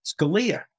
Scalia